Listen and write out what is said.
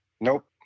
Nope